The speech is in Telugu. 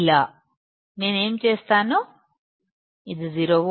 నేను చర్చించినట్లు నేను VGS 0 వోల్ట్ను పెంచుకుంటే కరెంటు ఇంకా పెరుగుతున్నట్లు మనం చూడవచ్చు